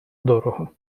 дорого